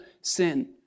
sin